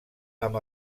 amb